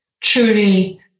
truly